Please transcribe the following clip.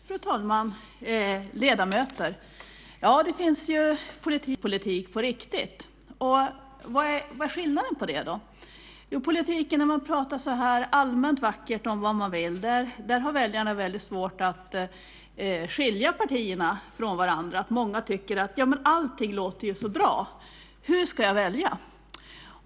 Fru talman! Ja, det finns den politik som finns i de vackra talen här och i högtidstalen. Det finns också politik på riktigt. Vad är då skillnaden? Jo, när det gäller politiken när man talar allmänt vackert om vad man vill har väljarna väldigt svårt att skilja partierna från varandra. Många tycker att allt låter så bra, så hur ska man välja?